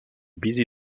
busy